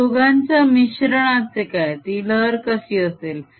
या दोघांच्या मिश्रणाचे काय ती लहर कशी असेल